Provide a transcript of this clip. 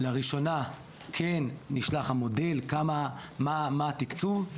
לראשונה כן נשלח המודל כמה, מה התקצוב.